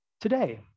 Today